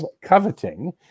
coveting